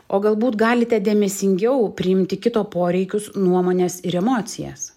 o galbūt galite dėmesingiau priimti kito poreikius nuomones ir emocijas